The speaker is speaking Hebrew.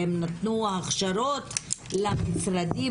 והם נתנו הכשרות למשרדים,